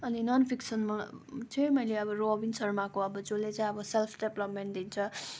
अनि नन् फिक्सनमा चाहिँ मैले अब रोबिन शर्माको जसले चाहिँ अब सेल्फ डेभ्लोपमेन्ट दिन्छ